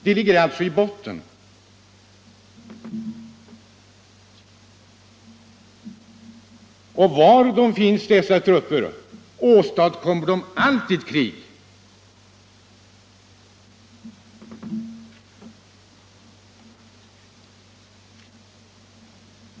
Det ligger i botten. Var dessa trupper än finns åstadkommer de alltid krig!